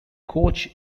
coach